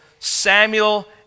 Samuel